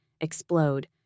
explode